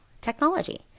technology